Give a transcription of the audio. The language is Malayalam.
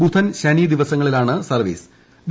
ബുധൻ ശനി ദിവസങ്ങളിലാണ് സർവ്വീസുകൾ